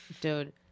dude